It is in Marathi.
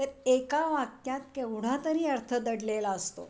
त्यात एका वाक्यात केवढा तरी अर्थ दडलेला असतो